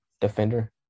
defender